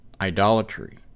idolatry